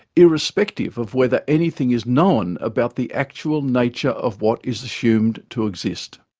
irrespective of whether anything is known about the actual nature of what is assumed to exist.